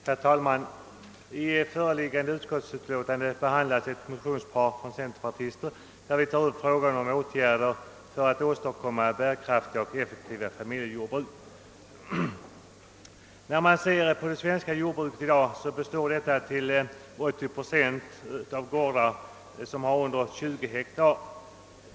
Herr talman! I föreliggande utskottsutlåtande behandlas ett motionspar från centerpartister, där vi tar upp frågan om åtgärder för att åstadkomma bärkraftiga och effektiva familjejordbruk. Det svenska jordbruket består i dag till 80 procent av gårdar under 20 hektar.